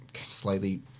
slightly